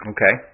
Okay